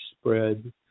spread